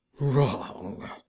wrong